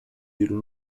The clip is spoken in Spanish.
dieron